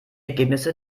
ergebnisse